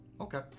okay